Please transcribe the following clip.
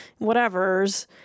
whatevers